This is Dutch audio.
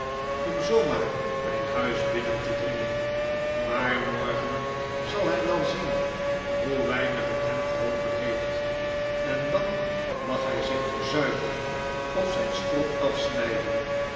om zoo maar mijn huis binnen te dringen maar morgen zal hij wel zien hoe weinig het hem geholpen heeft en dan mag hij zich verzuipen of zijn strot afs'nijden